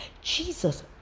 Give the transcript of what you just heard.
Jesus